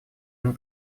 ему